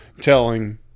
telling